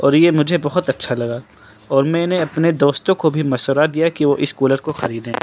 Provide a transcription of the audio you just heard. اور یہ مجھے بہت اچّھا لگا اور میں نے اپنے دوستوں کو بھی مشورہ دیا کہ وہ اس کولر کو خریدیں